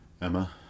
Emma